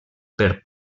per